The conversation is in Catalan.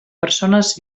persones